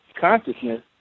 consciousness